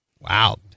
Wow